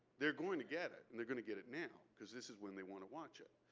they're going to get it, and they're gonna get it now. because this is when they want to watch it.